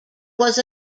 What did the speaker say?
was